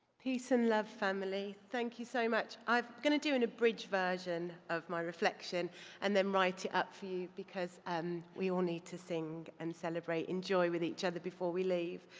peace and love, family. thank you so much. i'm going to do unabridged version of my reflection and then write it up for you, because and we all need to sing and celebrate in joy with each other before we leave.